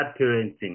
parenting